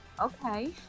Okay